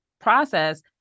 process